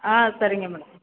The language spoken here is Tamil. ஆ சரிங்க மேடம்